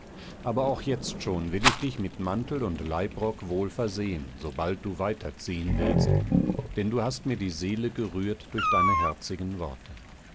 aber auch jetzt schon will ich dich mit mantel und leibrock wohl versehen sobald du weiter ziehen willst denn du hast mir die seele gerührt durch deine herzigen worte